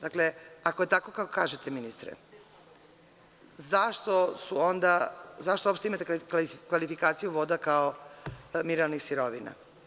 Dakle, ako je tako kako kažete ministre, zašto su uopšte imate kvalifikaciju voda kao mineralnih sirovina.